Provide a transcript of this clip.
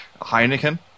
Heineken